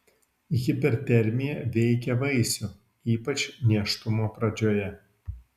hipertermija veikia vaisių ypač nėštumo pradžioje